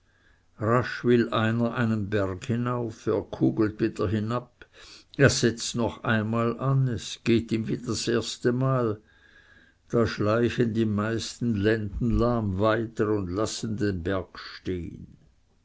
will einer einen berg hinauf er kugelt wieder hinab er setzt noch einmal an es geht ihm wie das erstemal da schleichen die meisten lendenlahm weiter und lassen den berg stehn